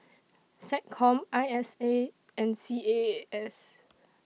Seccom I S A and C A A S